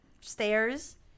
stairs